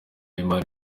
imana